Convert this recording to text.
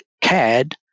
cad